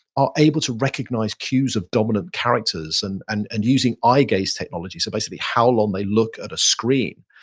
are able to recognize cues of dominant characters and and and using eye-gaze technology. so basically how long they look at a screen,